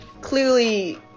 Clearly